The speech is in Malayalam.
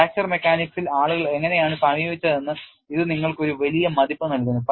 ഫ്രാക്ചർ മെക്കാനിക്സിൽ ആളുകൾ എങ്ങനെയാണ് സമീപിച്ചതെന്ന് ഇത് നിങ്ങൾക്ക് ഒരു വലിയ മതിപ്പ് നൽകുന്നു